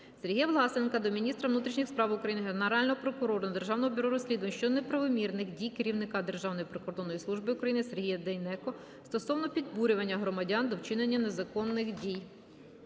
Сергія Власенка до міністра внутрішніх справ України, Генерального прокурора, Державного бюро розслідувань щодо неправомірних дій керівника Державної прикордонної служби України Сергія Дейнеко стосовно підбурювання громадян до вчинення незаконних дій.